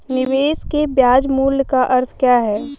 निवेश के ब्याज मूल्य का अर्थ क्या है?